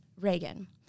Reagan